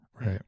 Right